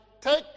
Take